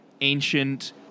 ancient